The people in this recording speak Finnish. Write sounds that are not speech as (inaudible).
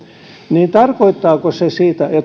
niin tarkoittaako se sitä ja (unintelligible)